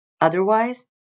Otherwise